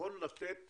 נכון לתת